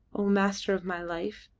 o master of my life,